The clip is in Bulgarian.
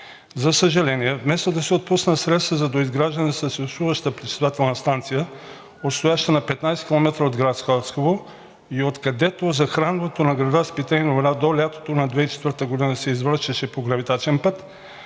За съжаление, вместо да се отпуснат средства за доизграждане на съществуващата пречиствателна станция, отстояща на 15 км от град Хасково и откъдето захранването на града с питейна вода до лятото на 2004 г. се извършваше по гравитачен път,